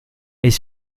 est